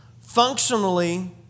functionally